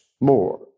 more